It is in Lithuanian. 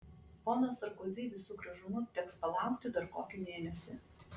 pono sarkozi visu gražumu teks palaukti dar kokį mėnesį